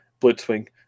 blitzwing